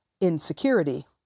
insecurity